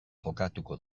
jokatuko